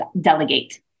delegate